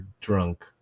drunk